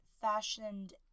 fashioned